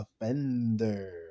offender